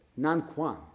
Nanquan